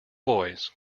boys